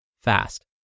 fast